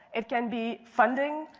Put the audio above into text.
it can be funding,